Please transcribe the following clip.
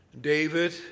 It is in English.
David